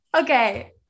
Okay